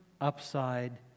upside